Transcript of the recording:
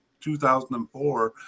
2004